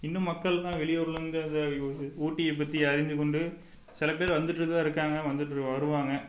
இன்னும் மக்கள்லாம் வெளியூரில் இருந்து அது ஊட்டியப்பற்றி அறிந்துக்கொண்டு சிலபேர் வந்துட்டு தான் இருக்காங்க வந்துட்டு வருவாங்க